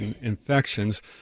infections